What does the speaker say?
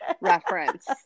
reference